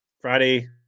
Friday